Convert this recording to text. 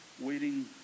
waiting